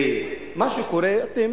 מה שקורה, אתם